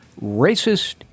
racist